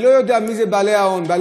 אני לא יודע מי הם בעלי ההון.